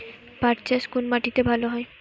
পাট চাষ কোন মাটিতে ভালো হয়?